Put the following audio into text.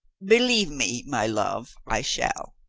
believe me, my love, i shall.